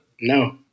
no